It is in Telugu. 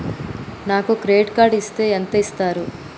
నాకు క్రెడిట్ కార్డు ఇస్తే ఎంత ఇస్తరు?